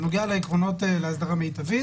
בנוגע לעקרונות לאסדרה מיטבית